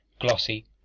glossy